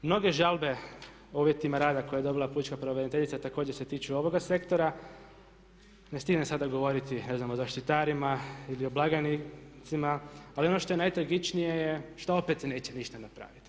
Mnoge žalbe u uvjetima rada koje je dobila pučka pravobraniteljica također se tiču ovoga sektora, ne stignem sada govoriti ne znam o zaštitarima ili o blagajnicima ali ono što je najtragičnije je što opet se neće ništa napraviti.